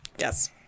yes